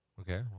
Okay